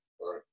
Right